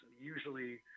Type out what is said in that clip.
Usually